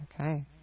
Okay